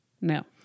No